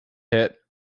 hit